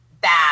bad